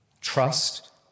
trust